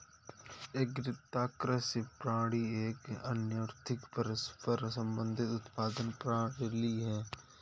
एकीकृत कृषि प्रणाली एक अन्योन्याश्रित, परस्पर संबंधित उत्पादन प्रणाली है